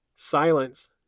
Silence